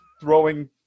throwing